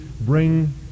bring